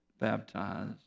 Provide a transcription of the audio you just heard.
baptized